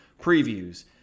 Previews